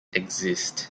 exist